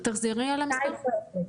התשפ"ב.